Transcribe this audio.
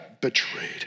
betrayed